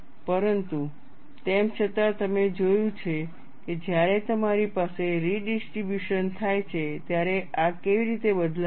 પરંતુ તેમ છતાં તમે જોયું છે કે જ્યારે તમારી પાસે રિડિસ્ટ્રિબ્યુશન થાય છે ત્યારે આ કેવી રીતે બદલાય છે